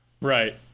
Right